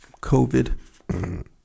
COVID